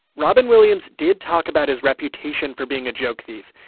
robin williams did talk about his reputation for being a joke thief.